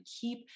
keep